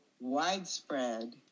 widespread